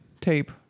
tape